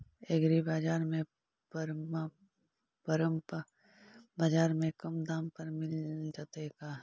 एग्रीबाजार में परमप बाजार से कम दाम पर मिल जैतै का?